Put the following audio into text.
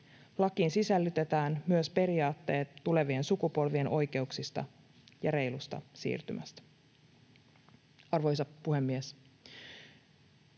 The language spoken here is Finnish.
Lakiin sisällytetään myös periaatteet tulevien sukupolvien oikeuksista ja reilusta siirtymästä. Arvoisa puhemies!